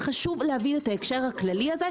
וחשוב להבין את ההקשר הכללי הזה,